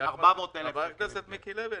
חבר הכנסת מיקי לוי,